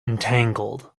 entangled